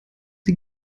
sie